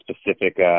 specific